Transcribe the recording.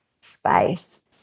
space